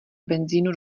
benzínu